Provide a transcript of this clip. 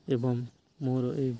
ଏବଂ ମୋର ଏଇ